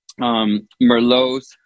Merlots